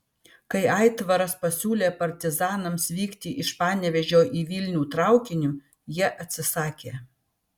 kai aitvaras pasiūlė partizanams vykti iš panevėžio į vilnių traukiniu jie atsisakė